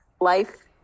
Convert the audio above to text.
life